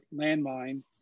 landmine